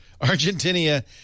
Argentina